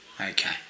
Okay